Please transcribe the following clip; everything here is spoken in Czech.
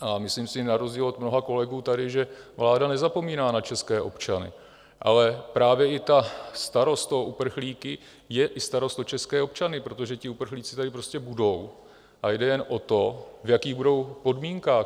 A myslím si na rozdíl od mnoha kolegů tady, že vláda nezapomíná na české občany, ale právě i ta starost o uprchlíky je i starost o české občany, protože ti uprchlíci tady prostě budou a jde jen o to, v jakých budou podmínkách.